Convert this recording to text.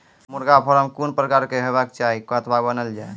मुर्गा फार्म कून प्रकारक हेवाक चाही अथवा बनेल जाये?